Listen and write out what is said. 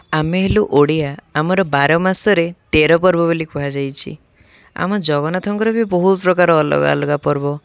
ଆମେ ହେଲୁ ଓଡ଼ିଆ ଆମର ବାର ମାସରେ ତେର ପର୍ବ ବୋଲି କୁହାଯାଇଛିି ଆମ ଜଗନ୍ନାଥଙ୍କର ବି ବହୁତ ପ୍ରକାର ଅଲଗା ଅଲଗା ପର୍ବ